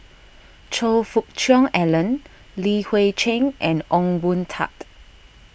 Choe Fook Cheong Alan Li Hui Cheng and Ong Boon Tat